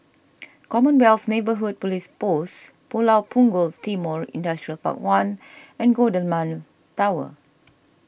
Commonwealth Neighbourhood Police Post Pulau Punggol Timor Industrial Park one and Golden Mile Tower